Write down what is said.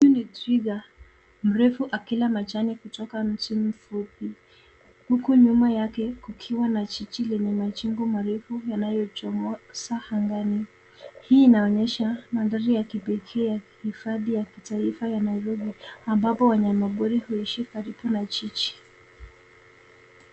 Huyu ni twiga mrefu akila majani kutoka mtini mfupi huku nyuma yake kukiwa na jiji lenye majengo marefu yanayochomoza angani. Hii inaonyesha nadharia ya kipekee ya kihifadhi ya kitaifa ambapo wanyamapori huishi karibu na jiji.